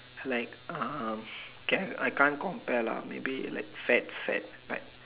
like um okay I can't compare lah maybe like fat fat like